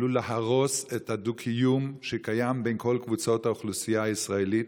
עלול להרוס את הדו-קיום שקיים בין כל קבוצות האוכלוסייה הישראלית.